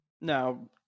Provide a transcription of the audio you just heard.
Now